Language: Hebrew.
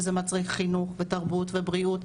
וזה מצריך חינוך ותרבות ובריאות,